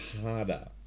harder